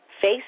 face